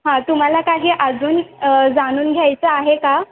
हां तुम्हाला काही अजून जाणून घ्यायचं आहे का